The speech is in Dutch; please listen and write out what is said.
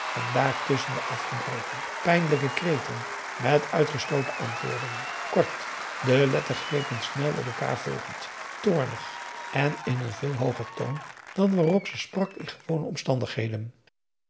en daartusschen de afgebroken pijnlijke kreten met uitgestooten antwoorden kort de lettergrepen snel op elkaar volgend toornig en in een veel hooger toon dan waarop ze p a daum hoe hij raad van indië werd onder ps maurits sprak in gewone omstandigheden